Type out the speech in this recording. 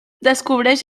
descobreix